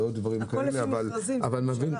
--- הכול לפי מכרזים, זאת ממשלה.